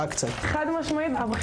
מצגת) אז אולי אני רק אגע במספרים, בנתונים.